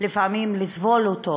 לפעמים לסבול אותו,